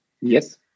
Yes